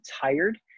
tired